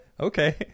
Okay